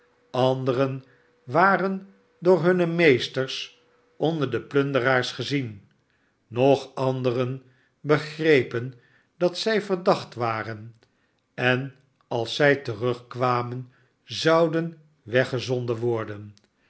anderen waren door hunne meesters onder de plunderaars gezien nogand wns dat zij verdacht waren en als zij terugkwamen zouden weggef onderl worden